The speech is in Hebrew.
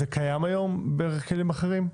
זה קיים היום בכלים אחרים?